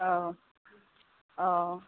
औ अ